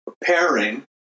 preparing